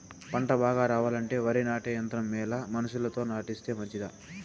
పంట బాగా రావాలంటే వరి నాటే యంత్రం మేలా మనుషులతో నాటిస్తే మంచిదా?